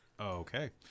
Okay